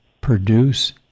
produce